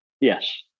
Yes